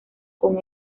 con